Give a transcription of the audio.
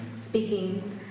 speaking